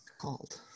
called